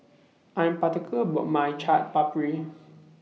I'm particular about My Chaat Papri